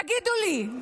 תגידו לי,